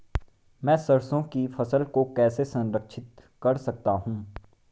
मैं सरसों की फसल को कैसे संरक्षित कर सकता हूँ?